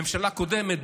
הממשלה הקודמת,